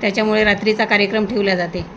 त्याच्यामुळे रात्रीचा कार्यक्रम ठेवल्या जाते